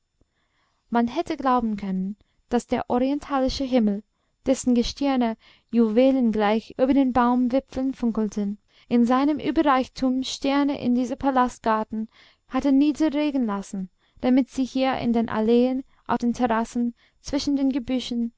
man hätte glauben können daß der orientalische himmel dessen gestirne juwelengleich über den baumwipfeln funkelten in seinem überreichtum sterne in diesen palastgarten hatte niederregnen lassen damit sie hier in den alleen auf den terrassen zwischen den gebüschen